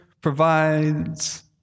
provides